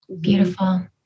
Beautiful